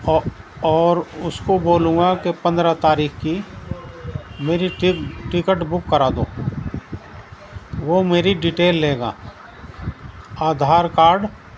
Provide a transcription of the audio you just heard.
اور اور اس کو بولوں گا کہ پندرہ تاریخ کی میری ٹک ٹکٹ بک کرا دو وہ میری ڈیٹیل لے گا آدھار کارڈ